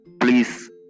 Please